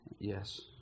yes